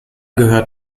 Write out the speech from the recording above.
gehört